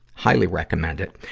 highly recommend it.